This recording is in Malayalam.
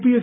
പിഎസ്